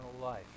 life